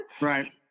Right